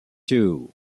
two